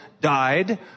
died